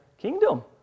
kingdom